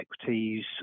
equities